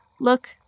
look